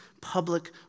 public